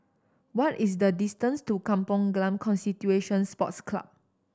what is the distance to Kampong Glam Sports Club